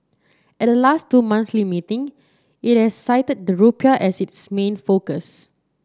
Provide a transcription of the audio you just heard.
at the last two monthly meeting it has cited the rupiah as its main focus